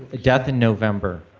death in november.